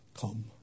Come